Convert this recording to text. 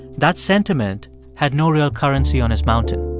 that sentiment had no real currency on his mountain.